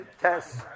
test